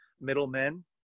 middlemen